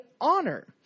honor